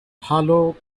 halo